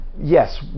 yes